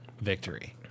victory